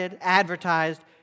advertised